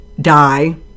die